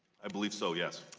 i believe so, yes.